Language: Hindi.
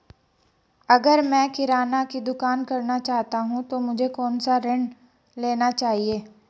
अगर मैं किराना की दुकान करना चाहता हूं तो मुझे कौनसा ऋण लेना चाहिए?